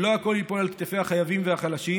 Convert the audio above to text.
שלא הכול ייפול על כתפי החייבים והחלשים.